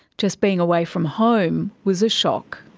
just being away from home was a shock.